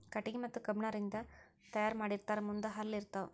ಕಟಗಿ ಮತ್ತ ಕಬ್ಬಣ ರಿಂದ ತಯಾರ ಮಾಡಿರತಾರ ಮುಂದ ಹಲ್ಲ ಇರತಾವ